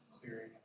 clearing